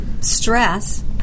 stress